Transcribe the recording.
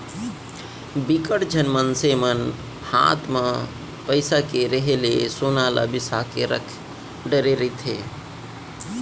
बिकट झन मनसे मन हात म पइसा के रेहे ले सोना ल बिसा के रख डरे रहिथे